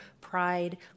Pride